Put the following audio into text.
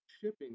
shipping